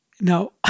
Now